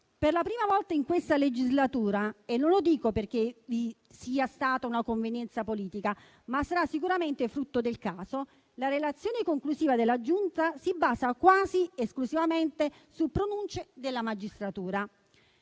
Per la prima volta in questa legislatura - e non lo dico perché vi sia stata una convenienza politica, ma sarà sicuramente frutto del caso - la relazione conclusiva della Giunta si basa quasi esclusivamente su pronunce della magistratura.